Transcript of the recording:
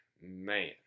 Man